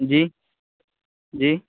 جی جی